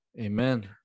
amen